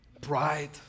pride